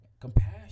compassion